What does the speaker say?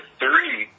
three